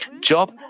Job